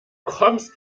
kommst